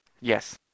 yes